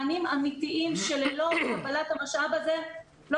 מענים אמתיים שללא קבלת המשאב הזה לא